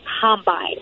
Combine